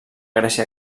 grècia